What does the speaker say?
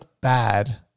bad